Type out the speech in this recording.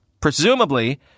Presumably